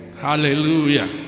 hallelujah